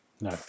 No